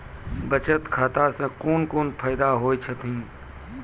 बचत खाता सऽ कून कून फायदा हेतु?